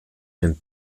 and